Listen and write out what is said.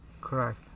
Correct